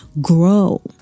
grow